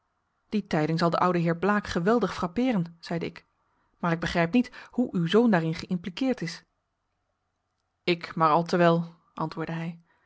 die tijding zal den ouden heer blaek geweldig frappeeren zeide ik maar ik begrijp niet hoe uw zoon daarin geïmpliqueerd is ik maar al te wel antwoordde hij